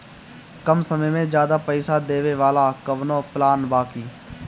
कम समय में ज्यादा पइसा देवे वाला कवनो प्लान बा की?